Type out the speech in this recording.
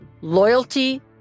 Loyalty